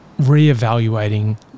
reevaluating